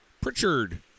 Pritchard